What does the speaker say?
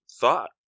thought